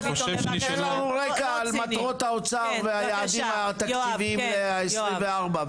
תן לנו רקע על מטרות האוצר והיעדים התקציביים ל-24'.